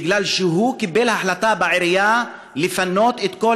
בגלל שהוא קיבל החלטה בעירייה לפנות את כל